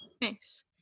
Nice